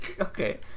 Okay